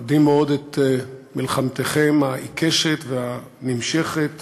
מכבדים מאוד את מלחמתכם העיקשת והנמשכת